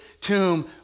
tomb